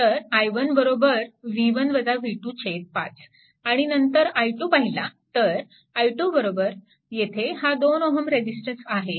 तर i1 5 आणि नंतर i2 पाहिला तर i2 येथे हा 2 Ω रेजिस्टर आहे